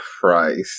Christ